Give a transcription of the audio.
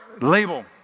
Label